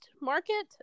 market